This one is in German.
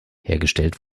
hergestellt